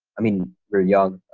i mean, you're young,